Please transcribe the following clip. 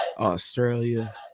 Australia